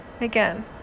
Again